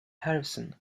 harrison